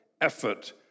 effort